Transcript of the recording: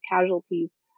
casualties